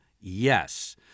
yes